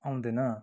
आउँदैन